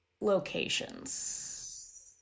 locations